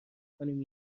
کنیم